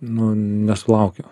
nu nesulaukiau